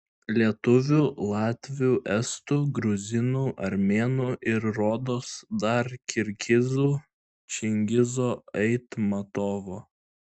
lietuvių latvių estų gruzinų armėnų ir rodos dar kirgizų čingizo aitmatovo